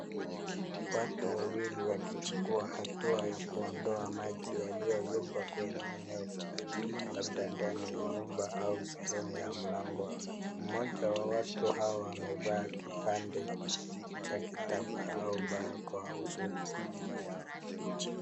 Watu wawili wakichukua hatua ya kuondoa maji yalioyumba kwenye eneo fulani ndani ya nyumba au sehemu ya mlango. Mmoja wa watu hawa amevaa kipande cha kitambaa au barakoa kwa uso.